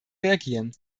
reagieren